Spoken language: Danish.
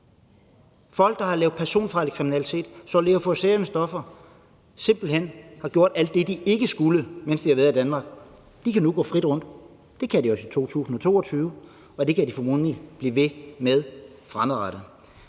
Folk, der har lavet personfarlig kriminalitet, solgt euforiserende stoffer, som simpelt hen har gjort alt det, de ikke skulle, mens de har været i Danmark, kan nu gå frit rundt. Det kan de også i 2022, og det kan de formodentlig blive ved med fremadrettet.